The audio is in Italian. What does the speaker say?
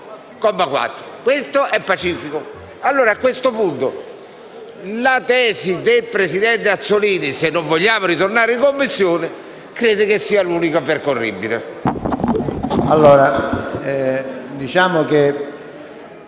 questo è pacifico. A questo punto, la tesi del presidente Azzollini, se non vogliamo tornare in Commissione, credo sia l'unica percorribile.